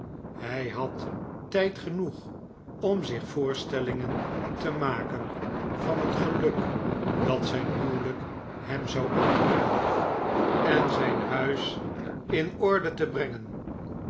hij had tijd genoeg om zich voorstellingen te maken van het geluk dat zijn huwelijk hem zou aanbrengen en zijn huis in orde te brengen